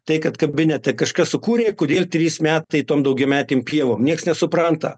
tai kad kabinete kažkas sukūrė kodėl trys metai tom daugiametėm pievom nieks nesupranta